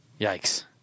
Yikes